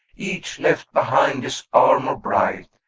each left behind his armor bright,